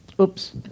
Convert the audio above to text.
Oops